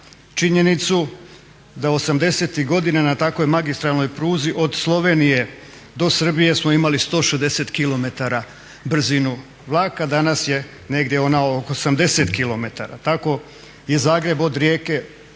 činjenicu da 80.tih godina na takvoj magistralnoj pruzi od Slovenije do Srbije smo imali 160 km brzinu vlaka, danas je negdje ona oko 80 km. Tako je Zagreb od Rijeke,